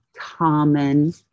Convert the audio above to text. common